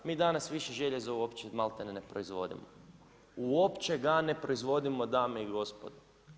Mi danas više željeza malte ne, ne proizvodimo, uopće ga ne proizvodimo dame i gospodo.